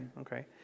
okay